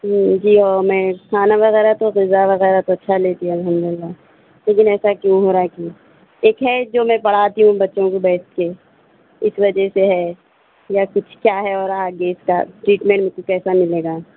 ہوں جی اہ میں کھانا وغیرہ تو غذاء وغیرہ تو اچھا لیتی ہوں الحمد اللہ لیکن ایسا کیوں ہو رہا کہ ایک ہے جو میں پڑھاتی ہوں بچوں کو بیٹھ کے اس وجہ سے ہے یا کچھ کیا ہے اور آگے اس کا ٹریٹمنٹ کیسا ملے گا